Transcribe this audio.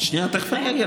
של המשרדים השונים